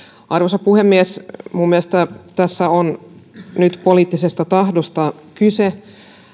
arvoisa puhemies minun mielestäni tässä on nyt poliittisesta tahdosta kyse